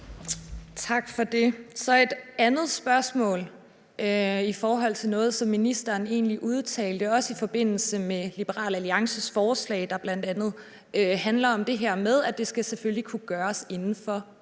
Tak for det. Så har jeg et andet spørgsmål i forhold til noget, som ministeren udtalte i forbindelse med Liberal Alliances forslag, der bl.a. handler om det her med, at det selvfølgelig skal kunne gøres inden for